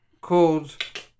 called